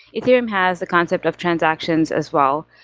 ethereum has the concept of transactions as well,